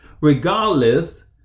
regardless